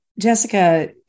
Jessica